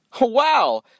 Wow